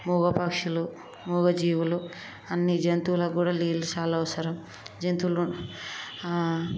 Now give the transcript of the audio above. మూగ పక్షులు మూగ జీవులు అన్ని జంతువులకు కూడా నీళ్ళు చాలా అవసరం జంతువులు